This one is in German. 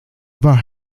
war